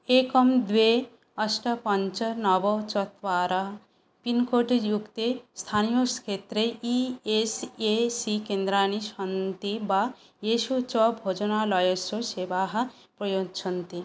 एकं द्वे अष्ट पञ्च नव चत्वारि पिन्कोड् युक्ते स्थानीयक्षेत्रे ई एस् ए सी केन्द्राणि सन्ति वा येषु च भोजनालयस्य सेवाः प्रयच्छन्ति